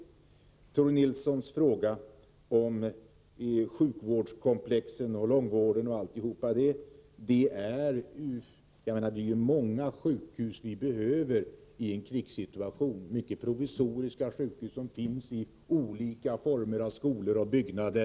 När det gäller Tore Nilssons fråga om sjukvårdskomplexen och långvården vill jag svara att vi i en krigssituation behöver många provisoriska sjukhus i skolor och andra byggnader.